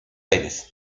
aires